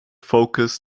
focus